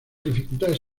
dificultades